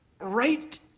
right